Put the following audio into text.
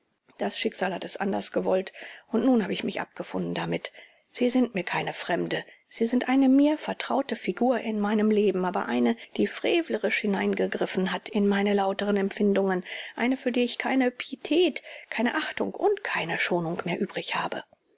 das schicksal hat es anders gewollt und nun habe ich mich abgefunden damit sie sind mir keine fremde sie sind eine mir vertraute figur in meinem leben aber eine die frevlerisch hineingegriffen hat in meine lauteren empfindungen eine für die ich keine pietät keine achtung und keine schonung mehr übrig habe